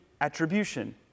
attribution